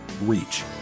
reach